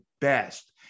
best